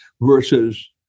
versus